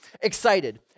excited